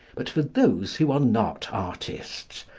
but for those who are not artists,